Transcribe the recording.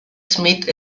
smith